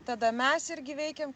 tada mes irgi veikiam